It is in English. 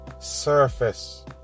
surface